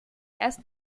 erst